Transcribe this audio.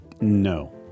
No